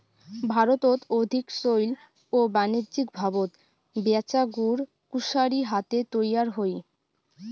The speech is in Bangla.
ভারতত অধিক চৈল ও বাণিজ্যিকভাবত ব্যাচা গুড় কুশারি হাতে তৈয়ার হই